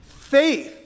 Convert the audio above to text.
Faith